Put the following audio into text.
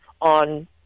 on